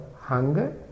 hunger